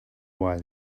why